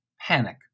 panic